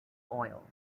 oil